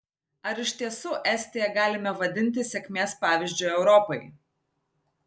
ar iš tiesų estiją galime vadinti sėkmės pavyzdžiu europai